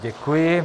Děkuji.